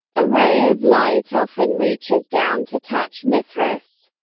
a ray of light often reaches down to touch mithras.